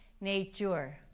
nature